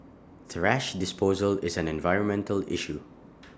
thrash disposal is an environmental issue